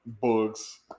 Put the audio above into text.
Books